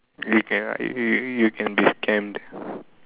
you can ah you you can be scammed